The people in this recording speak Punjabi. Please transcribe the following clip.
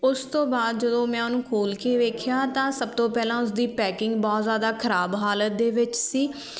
ਉਸ ਤੋਂ ਬਾਅਦ ਜਦੋਂ ਮੈਂ ਉਹਨੂੰ ਖੋਲ੍ਹ ਕੇ ਵੇਖਿਆ ਤਾਂ ਸਭ ਤੋਂ ਪਹਿਲਾਂ ਉਸਦੀ ਪੈਕਿੰਗ ਬਹੁਤ ਜ਼ਿਆਦਾ ਖਰਾਬ ਹਾਲਤ ਦੇ ਵਿੱਚ ਸੀ